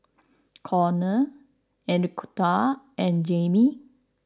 Conner Enriqueta and Jaimee